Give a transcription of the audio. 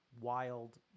wild